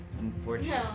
Unfortunately